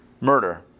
murder